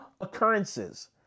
occurrences